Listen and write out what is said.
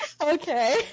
okay